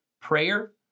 prayer